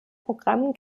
programm